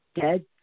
dead